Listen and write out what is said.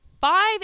five